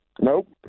Nope